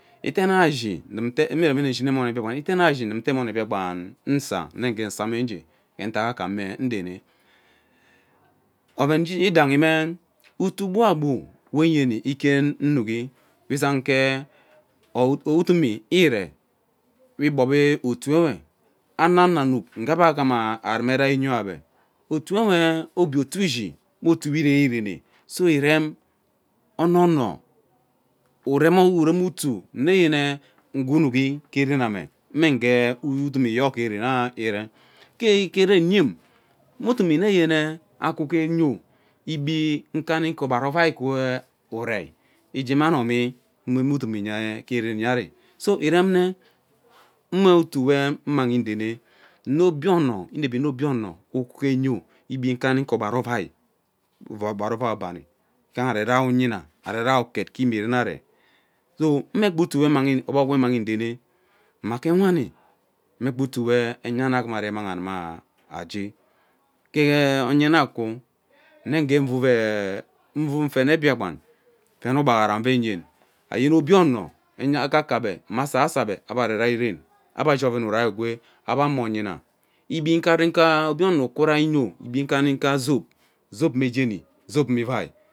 Itena ishi nnte eme iremi nshin isaa emon Biakpan usaa une ugee same ngee ge utak ghame nrene oven yidahi mme utuu gboa gbo we nyini ike inuki we izang gee udumi iree we igbori otou nwe ana ono anuk ngee ebe aghame rume rai yoabe oten wre obie otuewe ishi me otuo we irerene irem ono ono urem otuu nneyene ngee unuki gee reme mme ge udumi yogha iree ke gee rem yim me udumi mme akwu ke igbee ukanica ogbare ovai kee urei ejea mma anomin mme udumi ke ren yari so ireme mme utuu we immanghi nrene ene obie ono inep nwe obie ono ukwu gee yio igbi nkanika ogbara ovai ogbara ovai abani ighana aree rai onyina aree rai ukot. ke imieren are so mmegha utuo ogbog we immanghi urene mma ke wani megha utuu we enya ano aghum ari immangha aah are kee onyima akwu uta ugee uruu ee nvuu nfene biakpen nfeme ugbaghara ufeyen, ayen obie ono mma akak ebe ama asoso ebe ebe arerai ren ebe ashi oren urei egwee ebe mme inyina igbi nkanika obie ino ukwa rai yio igbi ukanika zop, zop me jeni zop me ivai.